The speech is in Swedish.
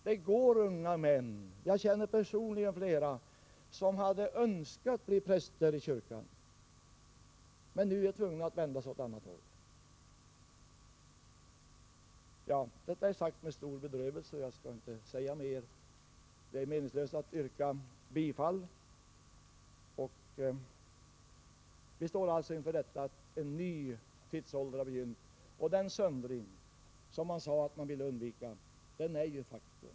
Det går unga män — jag känner personligen flera — som hade önskat bli präster i kyrkan men som nu är tvungna att vända sig åt ett annat håll. Detta är sagt med stor bedrövelse, och jag skall inte säga mer. Det är meningslöst att yrka bifall till motionen. Vi står alltså inför en ny tidsålder, och den söndring man sade att man ville undvika är ju ett faktum.